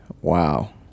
Wow